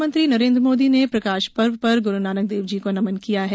प्रधानमंत्री नरेन्द्र मोदी ने प्रकाश पर्व पर गुरू नानक देव जी को नमन किया है